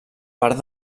part